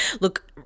look